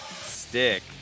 stick